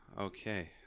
Okay